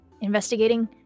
investigating